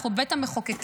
אנחנו בית המחוקקים,